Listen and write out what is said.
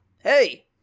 Hey